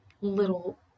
little